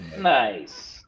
nice